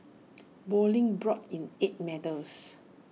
bowling brought in eight medals